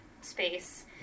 space